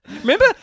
Remember